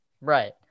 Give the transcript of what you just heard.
Right